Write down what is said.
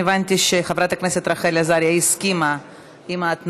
אני הבנתי שחברת הכנסת רחל עזריה הסכימה להתניות.